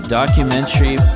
documentary